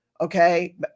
Okay